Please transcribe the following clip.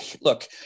Look